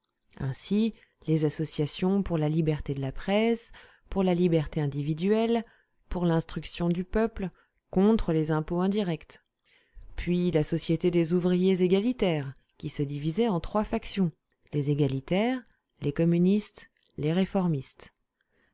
ainsi les associations pour la liberté de la presse pour la liberté individuelle pour l'instruction du peuple contre les impôts indirects puis la société des ouvriers égalitaires qui se divisait en trois fractions les égalitaires les communistes les réformistes